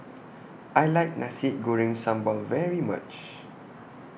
I like Nasi Goreng Sambal very much